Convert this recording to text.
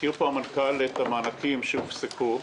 הזכיר פה המנכ"ל את המענקים שהופסקו.